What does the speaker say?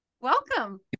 Welcome